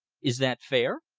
is that fair?